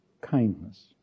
Kindness